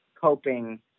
coping